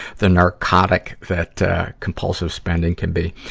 the narcotic that compulsive spending can be.